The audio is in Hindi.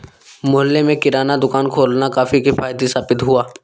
मोहल्ले में किराना दुकान खोलना काफी किफ़ायती साबित हुआ